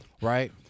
Right